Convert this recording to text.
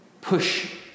push